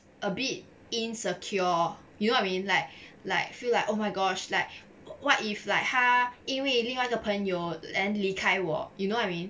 a bit insecure you know what I mean like like feel like oh my gosh like what if like 他因为另外一个朋友 then 离开我 you know what I mean